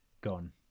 gone